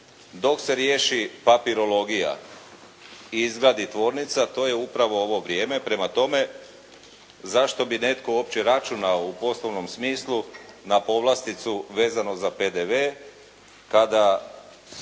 dok se riješi papirologija i izgradi tvornica to je upravo ovo vrijeme. Prema tome, zašto bi netko uopće računao u poslovnom smislu na povlasticu vezano za PDV kada u